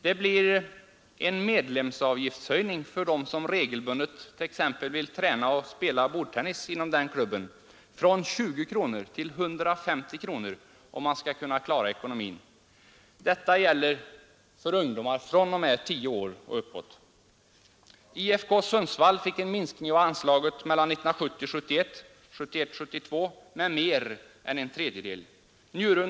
Det blir en medlemsavgiftshöjning för dem som t.ex. regelbundet vill träna och spela bordtennis inom den klubben från 20 kronor till 150 kronor, om man skall kunna klara ekonomin. Detta gäller för ungdomar fr.o.m. tio år och uppåt. IFK Sundsvall fick en minskning av anslaget mellan 1970 72 med mer än en tredjedel.